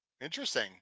Interesting